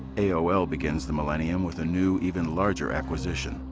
aol begins the millenium with a new even larger aquisition,